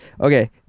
Okay